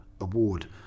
Award